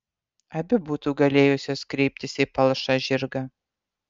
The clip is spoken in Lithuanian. abi būtų galėjusios kreiptis į palšą žirgą